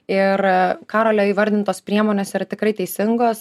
ir karolio įvardintos priemonės yra tikrai teisingos